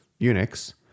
Unix